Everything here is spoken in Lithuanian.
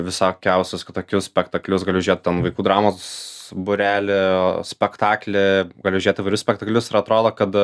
visokiausius kitokius spektaklius galiu žiūrėt ten vaikų dramos būrelio spektaklį galiu žiūrėt įvairius spektaklius ir atrodo kad